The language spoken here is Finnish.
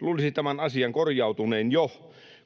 luulisi tämän asian jo korjautuneen,